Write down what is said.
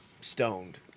stoned